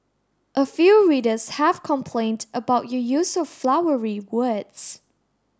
a few readers have complained about your use of flowery words